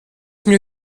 mir